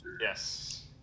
Yes